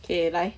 K 来